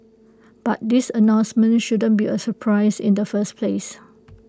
but this announcement shouldn't be A surprise in the first place